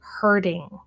hurting